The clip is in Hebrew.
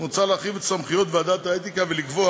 מוצע להרחיב את סמכויות ועדת האתיקה ולקבוע